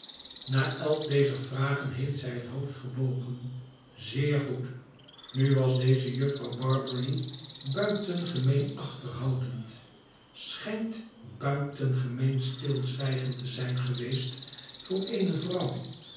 na elk dezer vragen heeft zij het hoofd gebogen zeer goed i nu was deze jufvrouw barbary buitengemeen achterhoudend schijnt buitengemeen stilzwijgend te zijn geweest voor eene vrouw